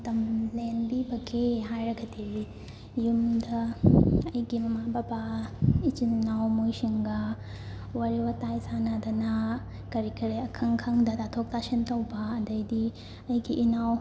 ꯃꯇꯝ ꯂꯦꯟꯕꯤꯕꯒꯦ ꯍꯥꯏꯔꯒꯗꯤ ꯌꯨꯝꯗ ꯑꯩꯒꯤ ꯃꯃꯥ ꯕꯕꯥ ꯏꯆꯤꯟ ꯏꯅꯥꯎ ꯃꯣꯏꯁꯤꯡꯒ ꯋꯥꯔꯤ ꯋꯥꯇꯥꯏ ꯁꯥꯅꯗꯅ ꯀꯔꯤ ꯀꯔꯤ ꯑꯈꯪ ꯈꯪꯗ ꯇꯥꯊꯣꯛ ꯇꯥꯁꯤꯟ ꯇꯧꯕ ꯑꯗꯒꯤꯗꯤ ꯑꯩꯒꯤ ꯏꯅꯥꯎ